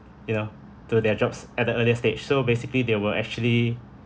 you know to their jobs at the earlier stage so basically they will actually